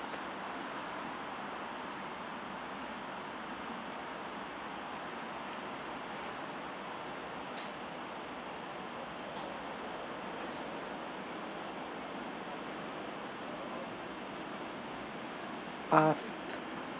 uh